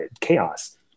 chaos